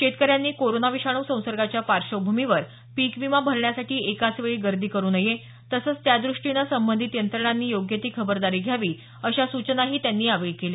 शेतकऱ्यांनी कोरोना विषाणू संसर्गाच्या पार्श्वभूमीवर पीक विमा भरण्यासाठी एकाच वेळी गर्दी करु नये तसंच त्या दृष्टीनं संबंधित यंत्रणांनी योग्य ती खबरदारी घ्यावी अशा सूचनाही त्यांनी यावेळी दिल्या